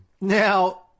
Now